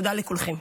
תודה לכולכם.